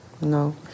No